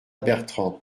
bertrand